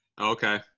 Okay